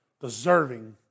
deserving